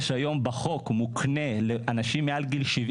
יש היום בחוק מוקנה לאנשים מעל גיל 70